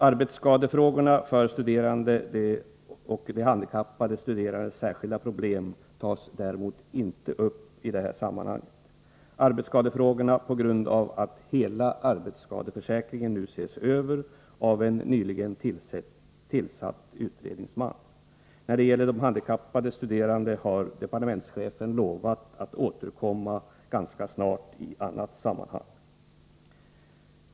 Arbetsskadefrågorna för studerande och de handikappade studerandenas särskilda problem tas däremot inte upp i detta sammanhang. Arbetsskadefrågorna tas inte upp på grund av att hela arbetsskadeförsäkringen nu ses över av en nyligen tillsatt utredningsman. När det gäller de handikappade studerandena har departementschefen lovat att återkomma ganska snart i annat sammanhang.